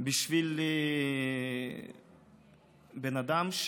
בשביל בן אדם,